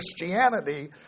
Christianity